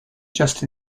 just